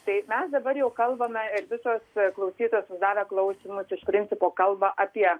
taip mes dabar jau kalbame ir visos klausytojos davę klausimus iš principo kalba apie